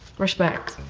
respect.